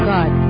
God